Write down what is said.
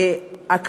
בבקשה, גברתי.